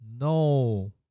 no